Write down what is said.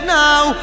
now